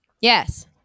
Yes